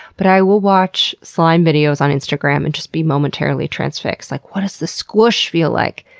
but i will watch slime videos on instagram and just be momentarily transfixed. like, what does this squoosh feel like?